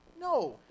No